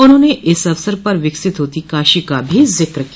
उन्होंने इस अवसर पर विकसित होती काशी का भी जिक्र किया